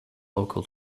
local